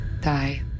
Die